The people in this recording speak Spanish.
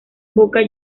boca